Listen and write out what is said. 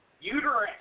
Uterus